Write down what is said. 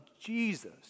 Jesus